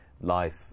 life